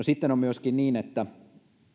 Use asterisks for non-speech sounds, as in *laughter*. *unintelligible* sitten on on myöskin niin että